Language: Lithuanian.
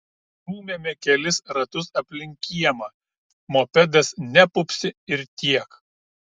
stūmėme kelis ratus aplink kiemą mopedas nepupsi ir tiek